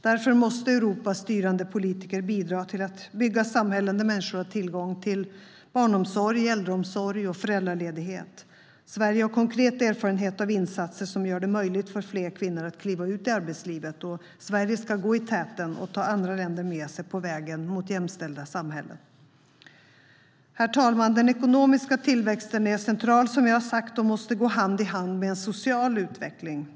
Därför måste Europas styrande politiker bidra till att bygga samhällen där människor har tillgång till barnomsorg, äldreomsorg och föräldraledighet. Sverige har konkret erfarenhet av insatser som gör det möjligt för fler kvinnor att kliva ut i arbetslivet, och Sverige ska gå i täten och ta andra länder med sig på vägen mot jämställda samhällen. Herr talman! Den ekonomiska tillväxten är, som jag har sagt, central och måste gå hand i hand med en social utveckling.